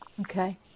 Okay